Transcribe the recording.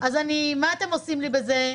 אז מה אתם עושים לי בזה?